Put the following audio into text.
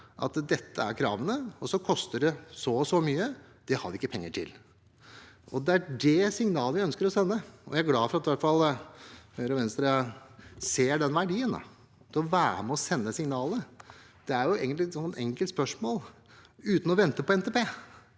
at dette er kravene og så koster det så og så mye og det har de ikke penger til. Det er det signalet vi ønsker å sende, og jeg er glad for at i hvert fall Høyre og Venstre ser den verdien og vil være med på å sende det signalet. Det er egentlig et enkelt spørsmål: Kunne statsråden,